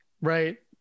Right